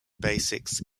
basics